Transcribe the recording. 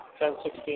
10-16